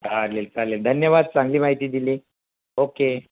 चालेल चालेल धन्यवाद चांगली माहिती दिली ओके